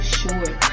short